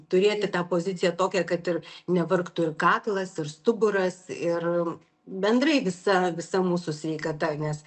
turėti tą poziciją tokią kad ir nevargtų ir kaklas ir stuburas ir bendrai visa visa mūsų sveikata nes